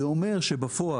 זה אומר שבפועל,